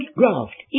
graft